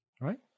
right